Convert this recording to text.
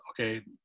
okay